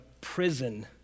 prison